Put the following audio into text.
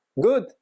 good